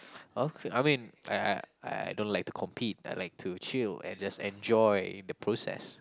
oh I mean I I I I don't like to compete I like to chill and just enjoy the process